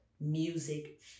music